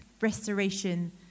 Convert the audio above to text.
restoration